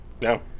No